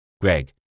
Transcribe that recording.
Greg